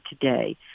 today